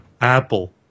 Apple